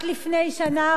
רק לפני שנה,